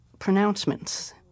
pronouncements